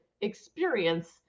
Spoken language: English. experience